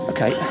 Okay